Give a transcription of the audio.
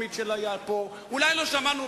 מי שלא קיבל לא נכנס.